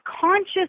conscious